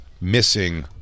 missing